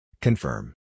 Confirm